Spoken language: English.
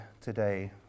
today